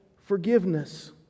forgiveness